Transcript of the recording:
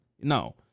No